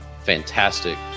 fantastic